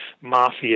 mafia